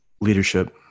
Leadership